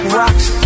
rocks